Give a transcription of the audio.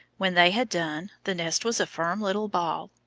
when they had done, the nest was a firm little ball,